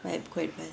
vibe quite well